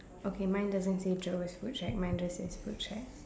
okay mine doesn't say jewels food shack mine just says food shack